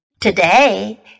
Today